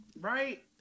right